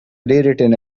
rewritten